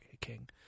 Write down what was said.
King